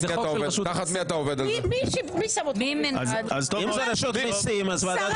אז ועדת כספים.